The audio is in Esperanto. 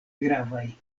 gravaj